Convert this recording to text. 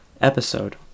Episode